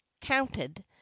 counted